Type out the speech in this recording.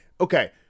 Okay